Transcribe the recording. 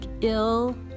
ill